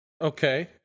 Okay